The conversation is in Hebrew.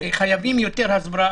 חייבים יותר הסברה,